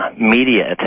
media